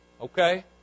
Okay